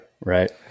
right